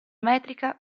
metrica